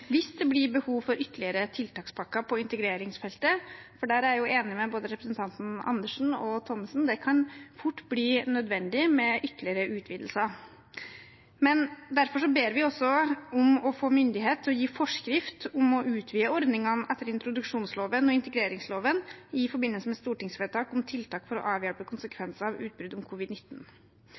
hvis det blir behov for ytterligere tiltakspakker på integreringsfeltet, for der er jeg enig med både representanten Andersen og representanten Thommessen: Det kan fort bli nødvendig med ytterligere utvidelser. Derfor ber vi også om å få myndighet til å gi forskrift om å utvide ordningene etter introduksjonsloven og integreringsloven i forbindelse med stortingsvedtak om tiltak for å avhjelpe konsekvenser av utbrudd